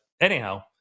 anyhow